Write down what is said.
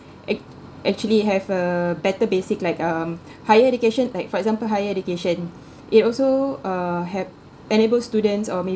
act~ actually have a better basic like um higher education like for example higher education it also uh help enable students or may